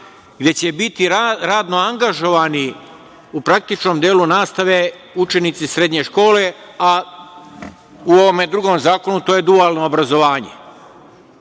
gde će biti radno angažovani u praktičnom delu nastave učenici srednje škole, a u ovome drugome zakonu to je dualno obrazovanje.